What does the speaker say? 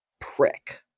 Prick